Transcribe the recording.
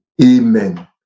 Amen